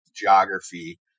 geography